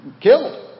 killed